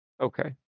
Okay